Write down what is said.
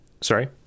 sorry